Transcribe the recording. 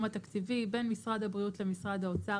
התקציבי בין משרד הבריאות למשרד האוצר.